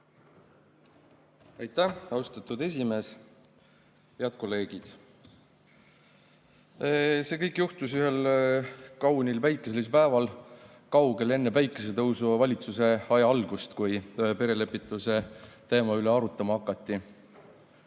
Aitäh, austatud esimees! Head kolleegid! See kõik juhtus ühel kaunil päikeselisel päeval kaugel enne päikesetõusuvalitsuse aja algust, kui perelepituse teema üle arutama hakati.